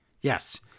Yes